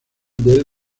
del